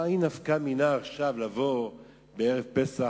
מאי נפקא מינה עכשיו לבוא בערב פסח,